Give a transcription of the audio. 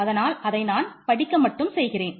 அதனால் அதை நான் படிக்க மட்டும் செய்கிறேன்